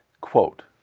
Quote